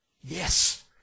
Yes